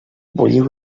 bulliu